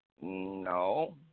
No